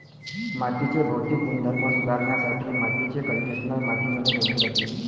मातीचे भौतिक गुणधर्म सुधारण्यासाठी मातीचे कंडिशनर मातीमध्ये जोडले जाते